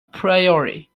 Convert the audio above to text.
priory